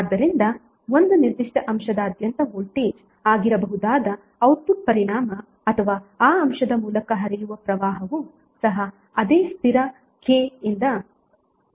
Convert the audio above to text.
ಆದ್ದರಿಂದ ಒಂದು ನಿರ್ದಿಷ್ಟ ಅಂಶದಾದ್ಯಂತ ವೋಲ್ಟೇಜ್ ಆಗಿರಬಹುದಾದ ಔಟ್ಪುಟ್ ಪರಿಣಾಮ ಅಥವಾ ಆ ಅಂಶದ ಮೂಲಕ ಹರಿಯುವ ಪ್ರವಾಹವು ಸಹ ಅದೇ ಸ್ಥಿರ ಕೆ ಇಂದ ಗುಣಿಸಲ್ಪಡುತ್ತದೆ